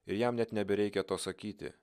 ir jam net nebereikia to sakyti